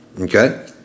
Okay